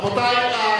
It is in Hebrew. רבותי,